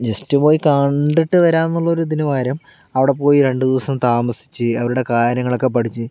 just പോയി കണ്ടിട്ടു വരാം എന്നുള്ളതിനു പകരം അവിടെ പോയി രണ്ടു ദിവസം താമസിച്ച് അവരുടെ കാര്യങ്ങളൊക്കെ പഠിച്ച്